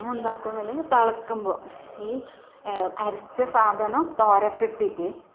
ഞങ്ങൾ എന്താക്കും എന്നാല് തിളയ്ക്കുമ്പോൾ ഈ അരച്ച സാധനം തോരയ്ക്ക് ഇട്ടിട്ട്